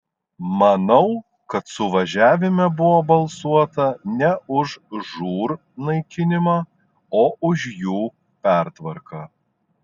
manau kad suvažiavime buvo balsuota ne už žūr naikinimą o už jų pertvarką